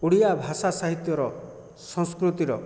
ଓଡ଼ିଆ ଭାଷା ସାହିତ୍ୟର ସଂସ୍କୃତିର